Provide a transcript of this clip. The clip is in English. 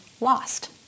lost